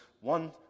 one